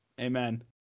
Amen